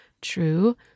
true